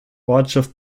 ortschaft